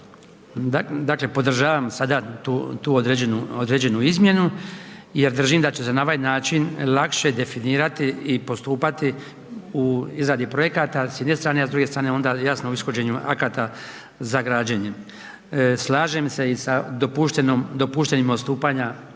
Dakle, podržavam sada tu određenu izmjenu jer držim da će se na ovaj način lakše definirati i postupati u izradi projekata s jedne strane, a s druge strane onda jasno o ishođenju akata za građenjem. Slažem se i sa dopuštenim odstupanja u